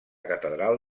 catedral